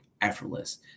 Effortless